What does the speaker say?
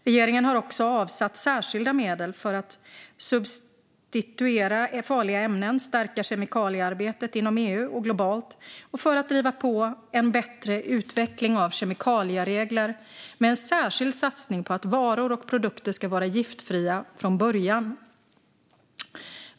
Regeringen har också avsatt särskilda medel för att substituera farliga ämnen och stärka kemikaliearbetet inom EU och globalt för att driva på en bättre utveckling av kemikalieregler med en särskild satsning på att varor och produkter ska vara giftfria från början.